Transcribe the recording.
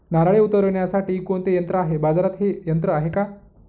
नारळे उतरविण्यासाठी कोणते यंत्र आहे? बाजारात हे यंत्र आहे का?